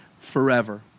forever